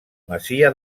masia